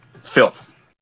filth